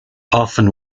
often